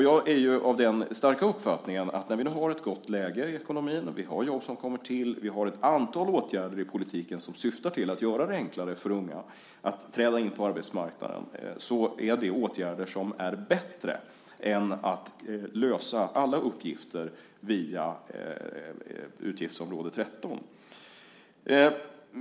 Jag är av den starka uppfattningen att vi nu har ett gott läge i ekonomin, vi har jobb som kommer till och vi har ett antal åtgärder i politiken som syftar till att göra det enklare för unga att träda in på arbetsmarknaden, och det är något som är bättre än att lösa alla uppgifter via utgiftsområde 13.